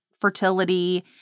fertility